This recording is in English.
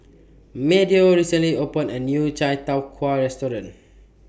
Meadow recently opened A New Chai Tow Kway Restaurant